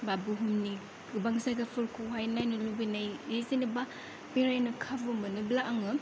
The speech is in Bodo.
बा बुहुमनि गोबां जायगाफोरखौहाय नायनो लुबैनायनि जेनेबा बेरायनो खाबु मोनोब्ला आङो